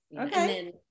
okay